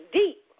deep